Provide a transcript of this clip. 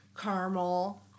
Caramel